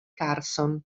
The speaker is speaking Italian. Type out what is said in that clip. carson